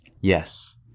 Yes